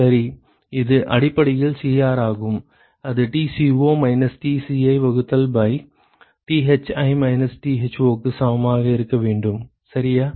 சரி இது அடிப்படையில் Cr ஆகும் அது Tco மைனஸ் Tci வகுத்தல் பை Thi மைனஸ் Tho க்கு சமமாக இருக்க வேண்டும் சரியா